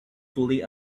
fully